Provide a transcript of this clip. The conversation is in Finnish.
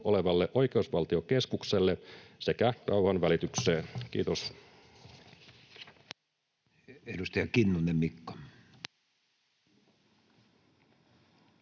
olevalle Oikeusvaltiokeskukselle sekä rauhanvälitykseen. — Kiitos.